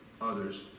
others